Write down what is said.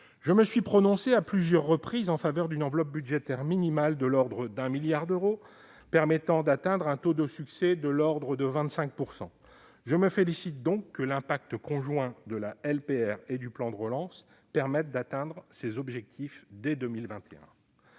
Je me suis prononcé à plusieurs reprises en faveur d'une enveloppe budgétaire minimale de l'ordre d'un milliard d'euros, permettant d'atteindre un taux de succès de l'ordre de 25 %. Je me félicite donc de ce que l'impact conjoint de la LPR et du plan de relance permette d'atteindre ces objectifs dès 2021.